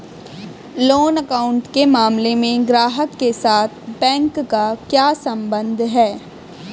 Loan account के मामले में ग्राहक के साथ बैंक का क्या संबंध है?